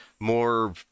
more